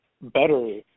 better